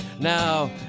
Now